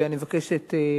ואני מבקשת לאשר